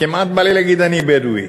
כמעט בא לי להגיד: אני בדואי.